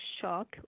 shock